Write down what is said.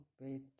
wait